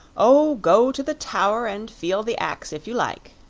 oh, go to the tower, and feel the ax, if you like,